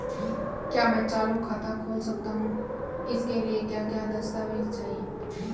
क्या मैं चालू खाता खोल सकता हूँ इसके लिए क्या क्या दस्तावेज़ चाहिए?